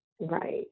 Right